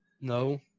No